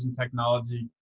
technology